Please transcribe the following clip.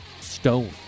stone